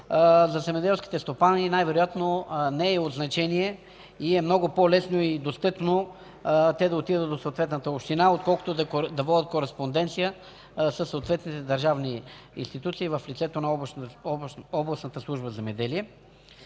за земеделските стопани най-вероятно не е от значение и е много по-лесно и достъпно да отидат до съответната община, отколкото да водят кореспонденция със съответните държавни институции в лицето на областната служба „Земеделие”.